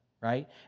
right